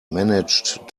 managed